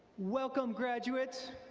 welcome graduates,